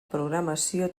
programació